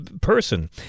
person